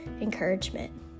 encouragement